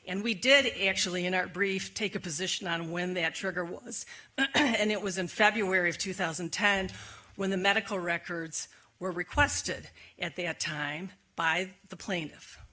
and we did it actually in our brief take a position on when that trigger was and it was in february of two thousand and ten when the medical records were requested at the time by the plaintiff